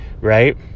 right